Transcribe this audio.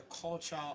culture